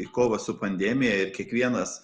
į kovą su pandemija ir kiekvienas